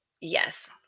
Yes